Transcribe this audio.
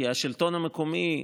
כי השלטון המקומי,